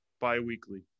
bi-weekly